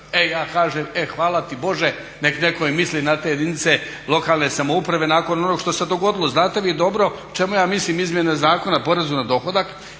E ja kažem e hvala ti Bože nek' netko i misli na te jedinice lokalne samouprave nakon onog što se dogodilo. Znate vi dobro o čemu ja mislim izmjene Zakona o porezu na dohodak.